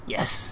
Yes